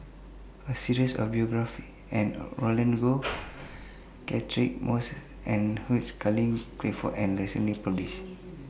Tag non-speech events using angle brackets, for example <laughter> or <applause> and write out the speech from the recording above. A series of biographies and Roland Goh <noise> Catchick Moses and Hugh Charles Clifford was recently published